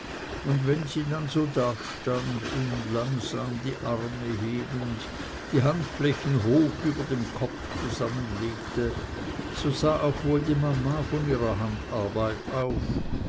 und wenn sie dann so dastand und langsam die arme hebend die handflächen hoch über dem kopf zusammenlegte so sah auch wohl die mama von ihrer handarbeit auf